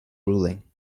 ruling